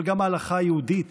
אבל גם ההלכה היהודית